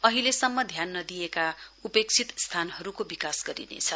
अहिलेसम्म ध्यान नदिइएका उपेक्षित स्थानहरुको विकास गरिनेछ